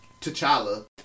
T'Challa